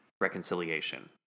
reconciliation